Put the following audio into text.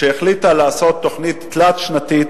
שהחליטה לעשות תוכנית תלת-שנתית,